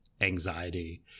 anxiety